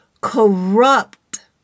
corrupt